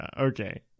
okay